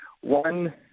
one